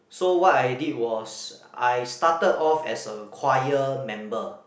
so what I did was I started off as a choir member